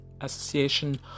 Association